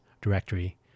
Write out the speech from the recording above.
directory